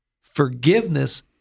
forgiveness